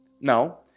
Now